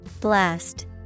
Blast